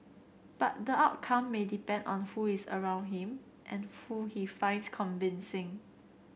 but the outcome may depend on who is around him and who he finds convincing